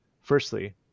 firstly